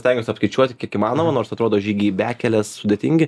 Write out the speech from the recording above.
stengiuos apskaičiuoti kiek įmanoma nors atrodo žygiai į bekeles sudėtingi